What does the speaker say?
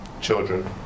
Children